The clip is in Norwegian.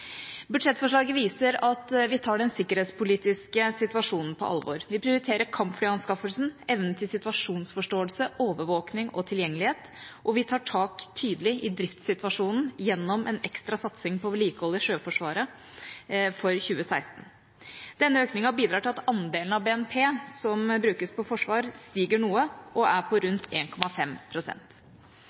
Budsjettforslaget viser at vi tar den sikkerhetspolitiske situasjonen på alvor. Vi prioriterer kampflyanskaffelsen, evnen til situasjonsforståelse, overvåking og tilgjengelighet, og vi tar tak – tydelig – i driftssituasjonen gjennom en ekstra satsing på vedlikehold i Sjøforsvaret for 2016. Denne økningen bidrar til at andelen av BNP som brukes på forsvar, stiger noe og er på rundt